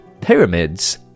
Pyramids